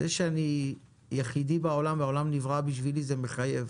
זה שאני יחידי בעולם והעולם נברא בשבילי זה מחייב